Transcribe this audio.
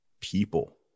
people